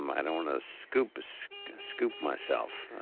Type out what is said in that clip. um i don't want to scoops scoop myself,